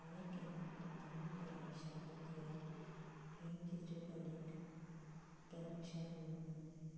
हांवें केन्ना प्राथमीक शाळेक या खंय चित्रकलेक परिक्षा दिवना